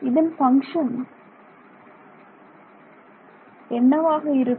இதன் ஃபங்ஷன் என்னவாக இருக்கும்